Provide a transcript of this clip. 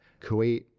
Kuwait